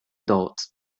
dots